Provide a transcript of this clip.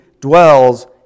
dwells